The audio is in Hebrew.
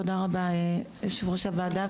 תודה רבה יושב ראש הוועדה.